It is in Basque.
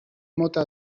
mota